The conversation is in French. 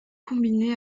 combinées